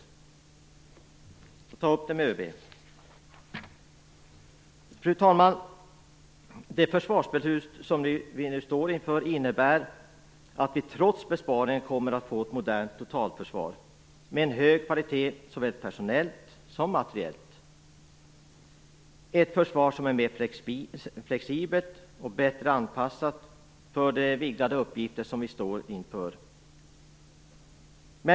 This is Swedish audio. Vi får ta upp frågan med ÖB. Fru talman! Det försvarsbeslut som vi nu står inför innebär att vi trots besparingen kommer att få ett modernt totalförsvar med en hög kvalitet såväl personellt som materiellt - ett försvar som är mer flexibelt och bättre anpassat för de kommande vidgade uppgifterna.